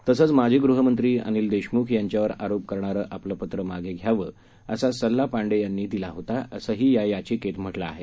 तसंच माजी गृहमंत्री अनिल देशमुख यांच्यावर आरोप करणारं आपलं पत्र मागं घ्यावं असा सल्ला पांडे यांनी दिला होता असंही या याचिकेत म्हटलं आहे